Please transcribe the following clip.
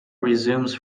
resumes